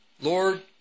Lord